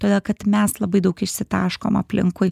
todėl kad mes labai daug išsitaškom aplinkui